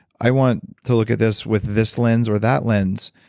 i want to look at this with this lens or that lens,